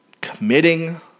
committing